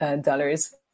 dollars